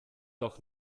doch